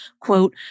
quote